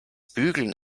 bügeln